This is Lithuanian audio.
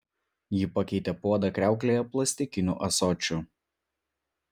ji pakeitė puodą kriauklėje plastikiniu ąsočiu